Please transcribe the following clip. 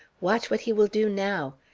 watch what he will do now.